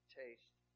taste